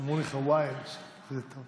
אמרו לי שחוויאג' זה טוב.